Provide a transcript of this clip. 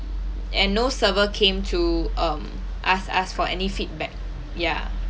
and no server came to um ask us for any feedback ya